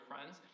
friends